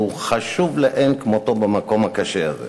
שהוא חשוב מאין-כמותו במקום הקשה הזה.